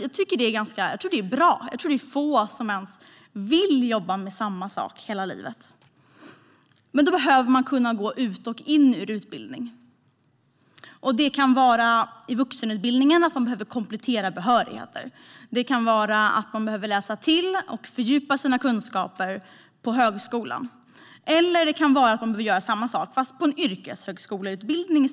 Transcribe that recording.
Det tycker jag är bra, för jag tror att det är få som ens vill jobba med samma sak hela livet. Men då behöver man kunna gå ut och in i utbildning. Det kan vara för att komplettera behörighet i vuxenutbildningen, och det kan vara för att komplettera och fördjupa sina kunskaper på högskolan. Det kan också vara så att man behöver göra samma sak fast på en yrkeshögskoleutbildning.